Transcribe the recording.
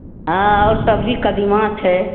हँ आओर सब्जी कदीमा छै